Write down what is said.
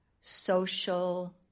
social